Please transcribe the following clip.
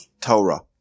Torah